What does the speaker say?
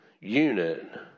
unit